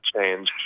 change